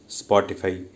spotify